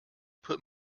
put